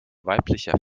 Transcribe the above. weiblicher